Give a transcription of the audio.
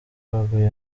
baguye